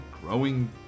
growing